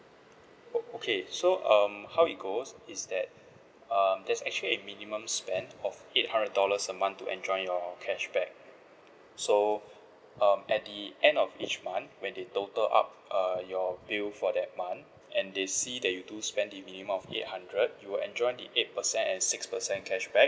oh okay so um how it goes is that um there's actually a minimum spend of eight hundred dollars a month to enjoy your cashback so um at the end of each month when they total up uh your bill for that month and they see that you do spend the minimum of eight hundred you will enjoy the eight percent and six percent cashback